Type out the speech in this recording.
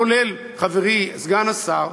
כולל חברי סגן השר,